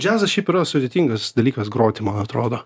džiazas šiaip yra sudėtingas dalykas groti man atrodo